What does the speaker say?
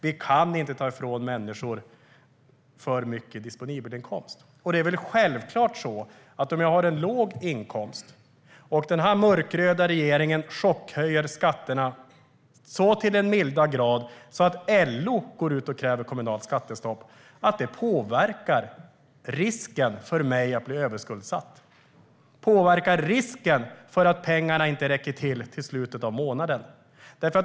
Vi kan inte ta ifrån människor för mycket disponibel inkomst. Om jag har en låg inkomst och den här mörkröda regeringen chockhöjer skatterna så till den milda grad att LO går ut och kräver kommunalt skattestopp är det självklart att det påverkar risken för mig att bli överskuldsatt. Det påverkar risken för att pengarna inte räcker till till slutet av månaden.